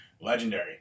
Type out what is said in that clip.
Legendary